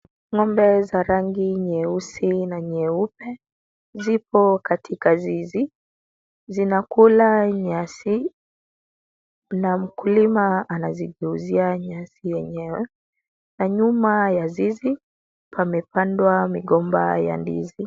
Ng'ombe za rangi nyeusi na nyeupe. Zipo katika zizi zinakula nyasi na mkulima anazigeuzia nyasi yenyewe na nyuma ya zizi pamepandwa migomba ya ndizi.